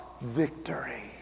victory